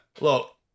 Look